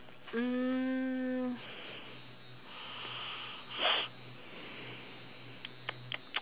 mm